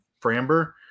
Framber